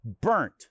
burnt